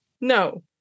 No